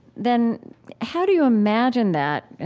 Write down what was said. then how do you imagine that?